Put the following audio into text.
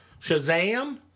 Shazam